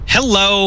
Hello